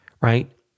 right